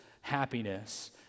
happiness